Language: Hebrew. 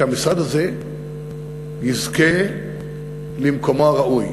שהמשרד הזה יזכה למקומו הראוי.